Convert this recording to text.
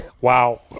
wow